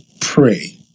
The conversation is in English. pray